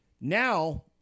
now